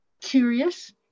curious